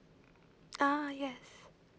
ah yes